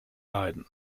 leiden